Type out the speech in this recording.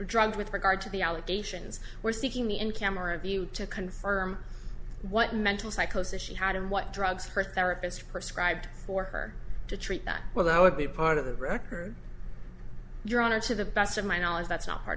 drugged with regard to the allegations were seeking me in camera view to confirm what mental psychosis she had and what drugs her therapist prescribe for her to treat that well that would be part of the record your honor to the best of my knowledge that's not part